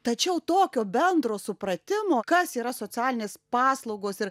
tačiau tokio bendro supratimo kas yra socialinės paslaugos ir